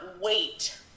wait